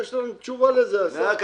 יש לנו תשובה לזה, אסף.